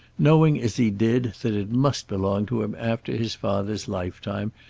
knowing as he did that it must belong to him after his father's lifetime,